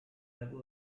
level